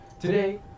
Today